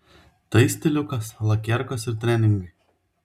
tai stiliukas lakierkos ir treningai